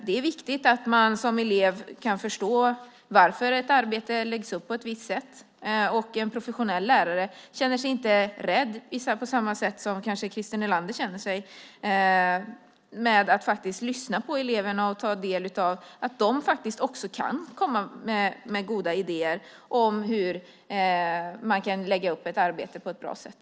Det är viktigt att man som elev kan förstå varför ett arbete läggs upp på ett visst sätt. En professionell lärare känner sig inte rädd, på samma sätt som kanske Christer Nylander gör, för att lyssna på eleverna och inse att de kan komma med goda idéer om hur man kan lägga upp ett arbete på ett bra sätt.